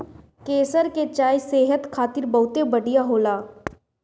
केसर के चाय सेहत खातिर बहुते बढ़िया होला